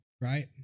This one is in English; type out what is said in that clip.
Right